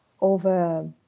over